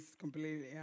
completely